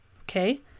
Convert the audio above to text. Okay